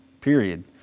period